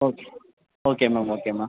okay okay ma'am okay ma'am